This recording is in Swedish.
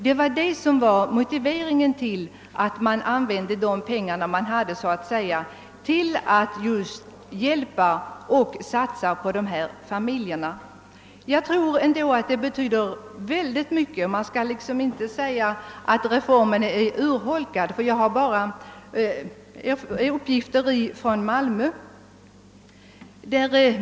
Detta var motiveringen till att man använde de pengar man så att säga hade till att just hjälpa och satsa på dessa familjer. Jag tror ändå att det betyder mycket. Man skall inte säga att reformen är urholkad. Jag kan hänvisa till uppgifter från Malmö.